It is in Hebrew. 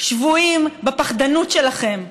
שבויים בפחדנות שלכם.